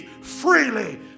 freely